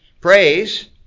praise